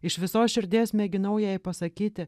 iš visos širdies mėginau jai pasakyti